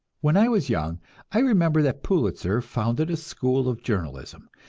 when i was young i remember that pulitzer founded a school of journalism,